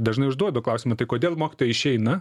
dažnai užduodu klausimą tai kodėl mokytojai išeina